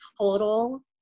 total